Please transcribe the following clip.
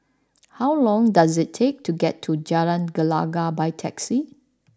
how long does it take to get to Jalan Gelegar by taxi